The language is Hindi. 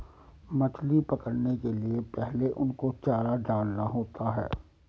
मछली पकड़ने के लिए पहले उनको चारा डालना होता है